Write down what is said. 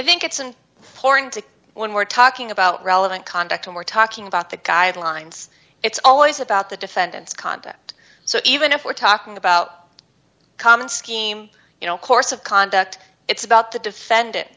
to when we're talking about relevant conduct when we're talking about the guidelines it's always about the defendant's conduct so even if we're talking about common scheme you know course of conduct it's about the defendant